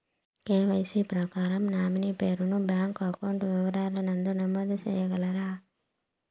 KYC ప్రకారం nominee పేరు ను బ్యాంకు అకౌంట్ వివరాల నందు నమోదు సేయగలరా?